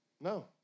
No